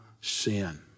sin